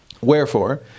Wherefore